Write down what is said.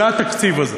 אז זה התקציב הזה.